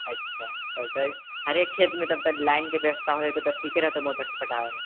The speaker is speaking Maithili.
अच्छा तब तऽ हरेक खेतमे लाइन के व्यवस्था रहतै तब तऽ ठीके रहतै मोटर सॅं पटाबैमे